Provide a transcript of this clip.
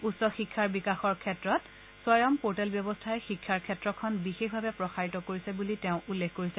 উচ্চ শিক্ষাৰ বিকাশৰ ক্ষেত্ৰত স্বয়ম পৰ্টেল ব্যৱস্থাই শিক্ষাৰ ক্ষেত্ৰখন বিশেষভাৱে প্ৰসাৰিত কৰিছে বুলি তেওঁ উল্লেখ কৰিছে